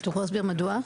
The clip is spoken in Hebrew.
אתה יכול להסביר מדוע?